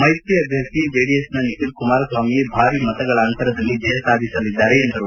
ಮೈತ್ರಿ ಅಭ್ಯರ್ಥಿ ಜೆಡಿಎಸ್ನ ನಿಖಿಲ್ ಕುಮಾರಸ್ವಾಮಿ ಭಾರೀ ಮತಗಳ ಅಂತರದಲ್ಲಿ ಜಯ ಸಾಧಿಸಲಿದ್ದಾರೆ ಎಂದರು